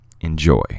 Enjoy